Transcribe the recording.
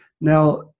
now